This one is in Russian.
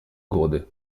годы